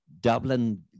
Dublin